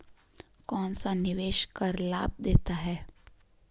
कौनसा निवेश कर लाभ देता है?